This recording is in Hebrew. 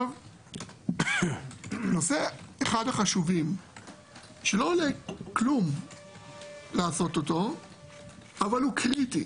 אחד הנושאים החשובים שלא עולה כלום לעשות אותו אבל הוא קריטי